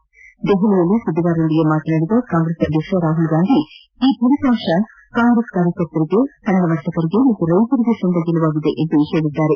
ನವದೆಹಲಿಯಲ್ಲಿ ಸುದ್ದಿಗಾರರೊಂದಿಗೆ ಮಾತನಾಡಿದ ಕಾಂಗ್ರೆಸ್ ಅಧ್ಯಕ್ಷ ರಾಹುಲ್ಗಾಂಧಿ ಈ ಫಲಿತಾಂಶ ಕಾಂಗ್ರೆಸ್ ಕಾರ್ಯಕರ್ತರಿಗೆ ಸಣ್ಣ ವರ್ತಕರಿಗೆ ಹಾಗೂ ರೈತರಿಗೆ ಸಂದ ಜಯವಾಗಿದೆ ಎಂದು ಹೇಳಿದ್ದಾರೆ